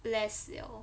bless you